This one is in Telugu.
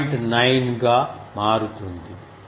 9 గా మారుతుంది